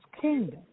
kingdom